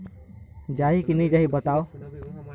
जाही की नइ जाही बताव?